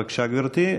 בבקשה, גברתי.